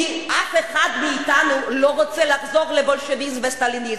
כי אף אחד מאתנו לא רוצה לחזור לבולשביזם ולסטליניזם.